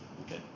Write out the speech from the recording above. Okay